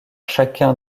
chacun